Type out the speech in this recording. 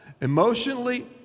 emotionally